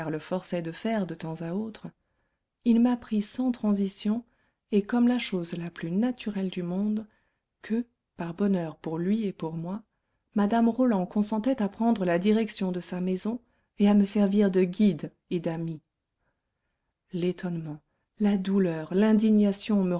le forçaient de faire de temps à autre il m'apprit sans transition et comme la chose la plus naturelle du monde que par bonheur pour lui et pour moi mme roland consentait à prendre la direction de sa maison et à me servir de guide et d'amie l'étonnement la douleur l'indignation